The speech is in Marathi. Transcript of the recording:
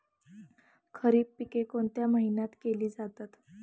खरीप पिके कोणत्या महिन्यात केली जाते?